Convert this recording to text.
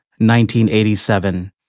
1987